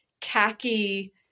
khaki